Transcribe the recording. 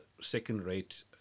second-rate